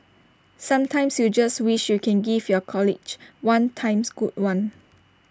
sometimes you just wish you can give your colleague one times good one